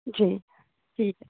जी ठीक है